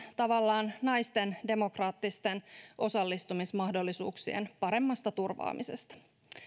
tavallaan myös naisten demokraattisten osallistumismahdollisuuksien paremmasta turvaamisesta